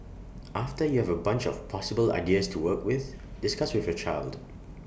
after you have A bunch of possible ideas to work with discuss with your child